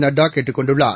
நட்டா கேட்டுக் கொண்டுள்ளார்